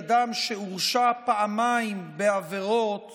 אדם שהורשע פעמיים בעבירות